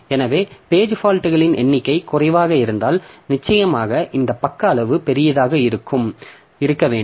எனவே பேஜ் ஃபால்ட்களின் எண்ணிக்கை குறைவாக இருந்தால் நிச்சயமாக இந்த பக்க அளவு பெரியதாக இருக்க வேண்டும்